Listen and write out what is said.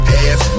ass